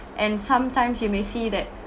and sometimes you may see that